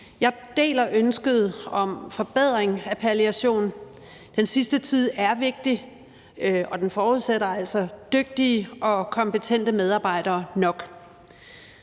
Jeg deler ønsket om forbedring af palliation. Den sidste tid er vigtig, og den forudsætter altså dygtige og kompetente medarbejdere nok.